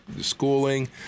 schooling